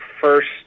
first